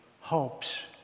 hopes